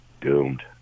doomed